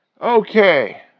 Okay